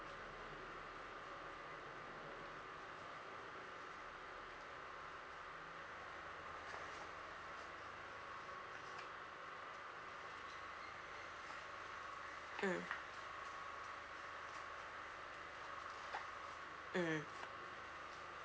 mm mm